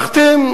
להחתים